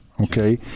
okay